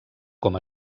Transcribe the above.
com